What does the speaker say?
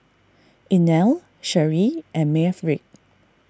Inell Sheree and Maverick